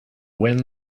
when